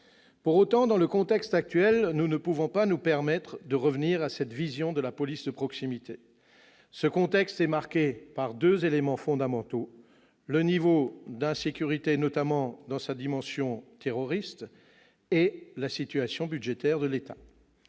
Pour autant, dans le contexte actuel, nous ne pouvons pas nous permettre de revenir à cette vision de la police de proximité. Ce contexte est marqué par deux éléments fondamentaux : le niveau d'insécurité, notamment dans sa dimension relative au terrorisme, et la situation budgétaire de l'État.